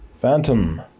Phantom